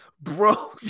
Bro